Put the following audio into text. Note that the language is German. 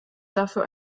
dafür